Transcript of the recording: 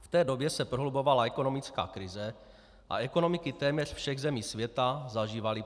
V té době se prohlubovala ekonomická krize a ekonomiky téměř všech zemí světa zažívaly propad.